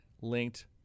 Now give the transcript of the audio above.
linked